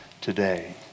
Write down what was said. today